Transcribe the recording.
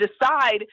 decide